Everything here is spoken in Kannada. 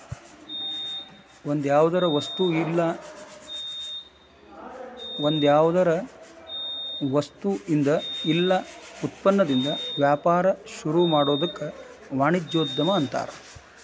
ಒಂದ್ಯಾವ್ದರ ವಸ್ತುಇಂದಾ ಇಲ್ಲಾ ಉತ್ಪನ್ನದಿಂದಾ ವ್ಯಾಪಾರ ಶುರುಮಾಡೊದಕ್ಕ ವಾಣಿಜ್ಯೊದ್ಯಮ ಅನ್ತಾರ